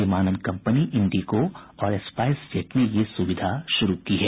विमानन कंपनी इंडिगो और स्पाईस जेट ने ये सुविधा शुरू की है